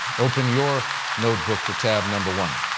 open your notebook to tab number one.